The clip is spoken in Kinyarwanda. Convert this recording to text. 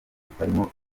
butarimo